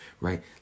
right